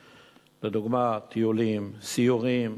לדוגמה: טיולים וסיורים,